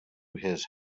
his